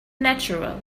natural